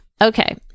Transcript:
Okay